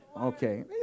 Okay